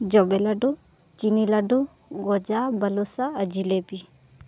ᱡᱚᱵᱮ ᱞᱟᱹᱰᱩ ᱪᱤᱱᱤ ᱞᱟᱹᱰᱩ ᱜᱚᱡᱟ ᱵᱟᱞᱩᱥᱟ ᱟᱨ ᱡᱷᱤᱞᱟᱹᱯᱤ